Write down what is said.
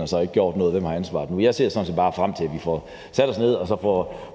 2015-2019 og ikke har gjort noget, og hvem der har ansvaret nu, men jeg ser sådan set bare frem til, at vi får sat os ned ved